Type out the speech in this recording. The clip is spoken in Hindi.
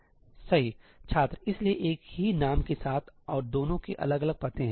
छात्र इसलिए एक ही नाम के साथ और दोनों के अलग अलग पते हैं